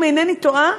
אם אינני טועה,